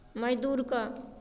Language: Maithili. मजदूरकेँ